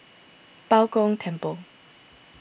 Bao Gong Temple